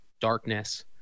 darkness